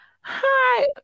hi